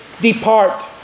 depart